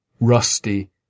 Rusty